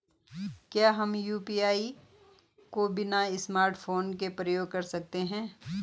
क्या हम यु.पी.आई को बिना स्मार्टफ़ोन के प्रयोग कर सकते हैं?